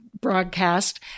broadcast